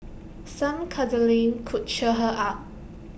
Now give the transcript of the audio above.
some cuddling could cheer her up